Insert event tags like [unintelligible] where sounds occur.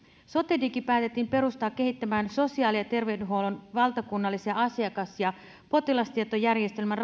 sotedigi päätettiin perustaa kehittämään sosiaali ja terveydenhuollon valtakunnallisia asiakas ja potilastietojärjestelmän [unintelligible]